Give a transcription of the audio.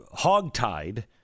hogtied